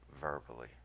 verbally